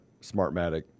Smartmatic